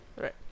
Right